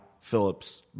Phillips